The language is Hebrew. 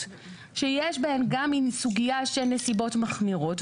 שיש בהן גם סוגיה של נסיבות מחמירות.